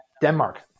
denmark